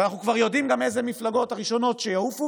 אנחנו כבר יודעים גם איזה מפלגות הן הראשונות שיעופו,